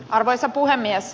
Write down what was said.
arvoisa puhemies